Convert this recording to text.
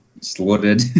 slaughtered